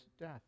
death